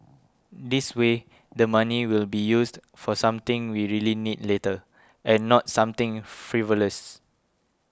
this way the money will be used for something we really need later and not something frivolous